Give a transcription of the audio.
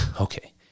okay